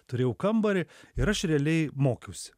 turėjau kambarį ir aš realiai mokiausi